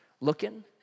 looking